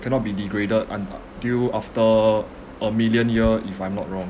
cannot be degraded until after a million year if I'm not wrong